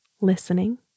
listening